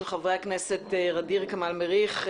של חברי הכנסת ע'דיר כמאל מריח,